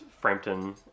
Frampton